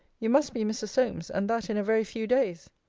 you must be mrs. solmes and that in a very few days.